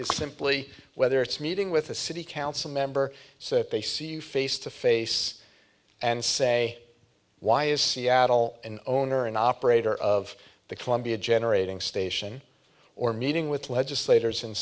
is simply whether it's meeting with a city council member so if they see you face to face and say why is seattle an owner an operator of the columbia generating station or meeting with legislators and